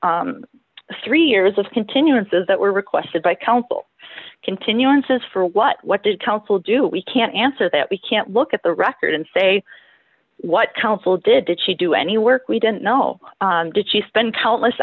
three years of continuances that were requested by counsel continuances for what what did counsel do we can't answer that we can't look at the record and say what counsel did did she do any work we didn't know did she spend countless